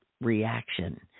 reaction